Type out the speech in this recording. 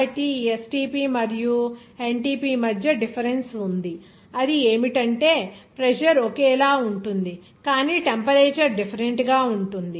కాబట్టి ఈ STP మరియు NTP మధ్య డిఫరెన్స్ ఉంది అది ఏమిటంటే ప్రెజర్ ఒకేలా ఉంటుంది కానీ టెంపరేచర్ డిఫెరెంట్ గా ఉంటుంది